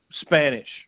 Spanish